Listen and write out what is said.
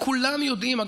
וכולם יודעים את זה.